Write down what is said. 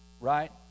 right